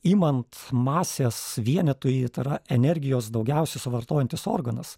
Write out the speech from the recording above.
imant masės vienetui tai yra energijos daugiausia suvartojantis organas